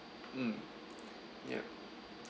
mm yup